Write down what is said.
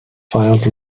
filed